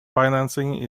financing